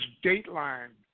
dateline